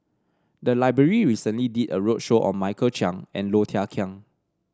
the library recently did a roadshow on Michael Chiang and Low Thia Khiang